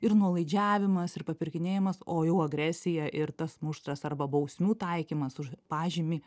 ir nuolaidžiavimas ir papirkinėjimas o jau agresija ir tas muštras arba bausmių taikymas už pažymį